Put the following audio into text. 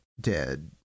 dead